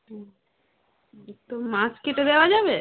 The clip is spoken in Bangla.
হুম তো মাছ কেটে দেওয়া যাবে